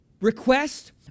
request